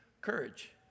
courage